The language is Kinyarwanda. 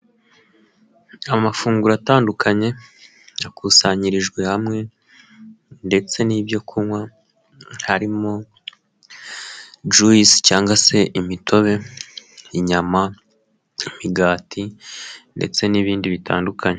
Amafunguro atandukanye yakusanyirijwe hamwe, ndetse n'ibyo kunywa harimo juisi cyangwa se imitobe, inyama, imigati ndetse n'ibindi bitandukanye.